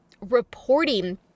reporting